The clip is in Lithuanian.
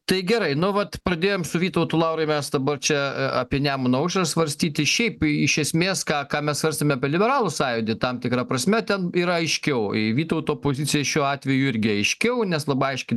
tai gerai nu vat pradėjom su vytautu laurai mes dabar čia apie nemuno aušrą svarstyti šiaip iš esmės ką ką mes svarstėm apie liberalų sąjūdį tam tikra prasme ten yra vytauto poziciją šiuo atveju irgi aiškiau nes labai aiški